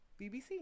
BBC